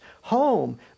home